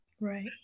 Right